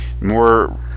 more